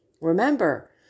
Remember